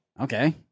Okay